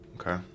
Okay